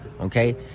okay